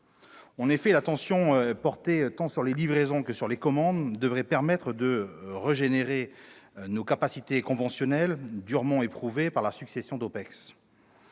En effet, l'attention portée tant sur les livraisons que sur les commandes devrait permettre de régénérer nos capacités conventionnelles durement éprouvées par la succession